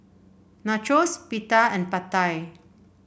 Nachos Pita and Pad Thai